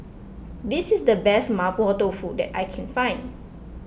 this is the best Mapo Tofu that I can find